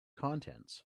contents